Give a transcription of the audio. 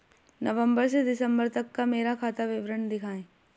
नवंबर से दिसंबर तक का मेरा खाता विवरण दिखाएं?